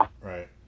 right